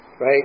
Right